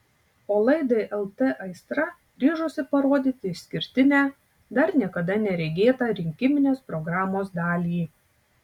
o laidai lt aistra ryžosi parodyti išskirtinę dar niekada neregėtą rinkiminės programos dalį